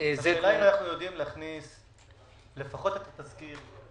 השאלה אם אנחנו יכולים להכניס לפחות את התזכיר.